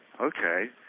Okay